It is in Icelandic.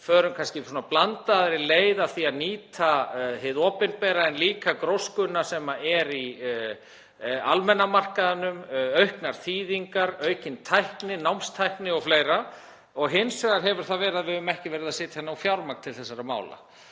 förum kannski blandaðri leið að því að nýta hið opinbera, en líka gróskuna sem er á almenna markaðnum, auknar þýðingar, aukin tækni, námstækni og fleira. Hins vegar hefur það verið svo að við höfum ekki verið að setja fjármagn til þessara mála.